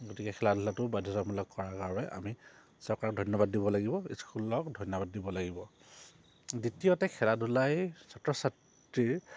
গতিকে খেলা ধূলাটো বাধ্যতামূলক কৰাৰ কাৰণে আমি চৰকাৰক ধন্যবাদ দিব লাগিব স্কুলক ধন্যবাদ দিব লাগিব দ্বিতীয়তে খেলা ধূলাই ছাত্ৰ ছাত্ৰীৰ